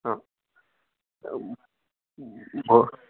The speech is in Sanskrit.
हा भो